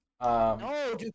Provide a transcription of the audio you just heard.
No